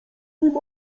nim